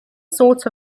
sort